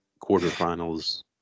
quarterfinals